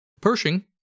Pershing